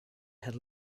had